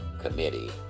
committee